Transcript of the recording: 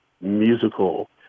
musical